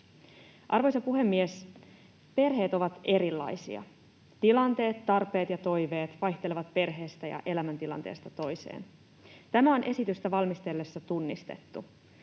Arvoisa puhemies! Perheet ovat erilaisia, tilanteet, tarpeet ja toiveet vaihtelevat perheestä ja elämäntilanteesta toiseen. Tämä on esitystä valmisteltaessa tunnistettu.